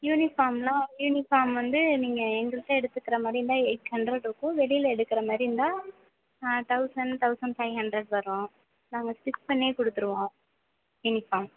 யூனிஃபார்ம்லாம் uniform வந்து நீங்கள் எங்கள்கிட்ட எடுத்துக்குறமாதிரி இருந்தால் எயிட் ஹண்ட்ரட் இருக்கும் வெளியில எடுக்கிறமாரி இருந்தால் தௌசண்ட் தௌசண்ட் ஃபை ஹண்ட்ரட் வரும் நாங்கள் ஸ்டிச் பண்ணியே கொடுத்துருவோம் யூனிஃபார்ம்